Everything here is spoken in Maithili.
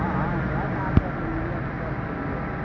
हँ हँ वएह ने अहाँके अपन नम्मर उपलब्ध कयलियै हैं